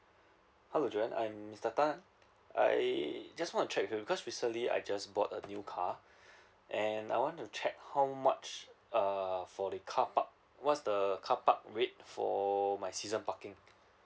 hello joan I'm mister tan I just want to check with you because recently I just bought a new car and I want to check how much uh for the carpark what's the carpark rate for my season parking